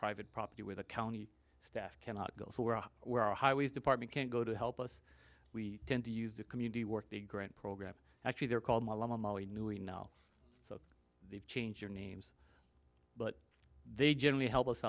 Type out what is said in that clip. private property with the county staff cannot go somewhere where our highways department can't go to help us we tend to use the community work to grant programs actually they're called newey now they've changed their names but they generally help us